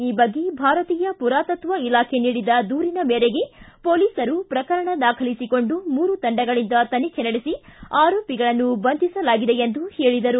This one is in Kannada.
ಈ ಬಗ್ಗೆ ಭಾರತೀಯ ಪುರಾತತ್ವ ಇಲಾಖೆ ನೀಡಿದ ದೂರಿನ ಮೇರೆಗೆ ಪೊಲೀಸರು ಪ್ರಕರಣ ದಾಖಲಿಸಿಕೊಂಡು ಮೂರು ತಂಡಗಳಿಂದ ತನಿಖೆ ನಡೆಸಿ ಆರೋಪಿಗಳನ್ನು ಬಂಧಿಸಲಾಗಿದೆ ಎಂದು ಹೇಳಿದರು